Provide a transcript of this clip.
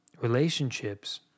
relationships